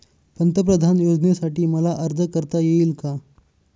पंतप्रधान योजनेसाठी मला अर्ज करता येईल का?